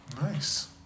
Nice